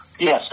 Yes